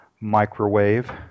microwave